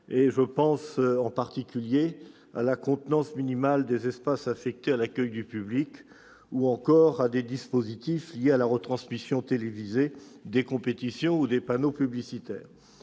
Je pense notamment à la « contenance minimale des espaces affectés à l'accueil du public », aux « dispositifs liés à la retransmission télévisée des compétitions », ou aux panneaux publicitaires.